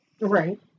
Right